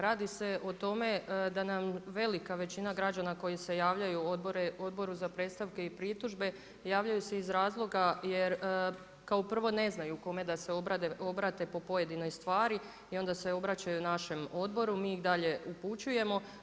Radi se o tome da nam velika većina građana koji se javljaju Odboru za predstavke i pritužbe javljaju se iz razloga jer kao prvo ne znaju kome da se obrate po pojedinoj stvari i onda se obraćaju našem odboru, mi ih dalje upućujemo.